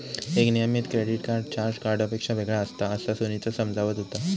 एक नियमित credit card charge कार्डपेक्षा वेगळा असता, असा सुनीता समजावत होता